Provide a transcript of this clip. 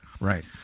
Right